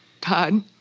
Todd